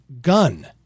gun